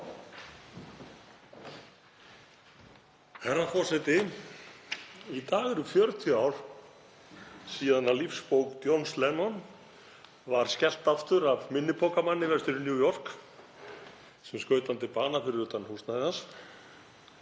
Herra forseti. Í dag eru 40 ár síðan lífsbók Johns Lennons var skellt aftur af minnipokamanni vestur í New York sem skaut hann til bana fyrir utan húsnæði